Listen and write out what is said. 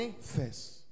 first